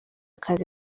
kazi